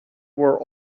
were